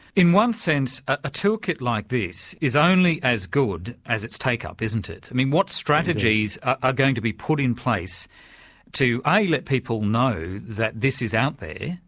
in one sense, a toolkit like this is only as good as its take-up, isn't it? i mean what strategies are going to be put in place to a let people know that this is out there,